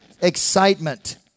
excitement